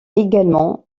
également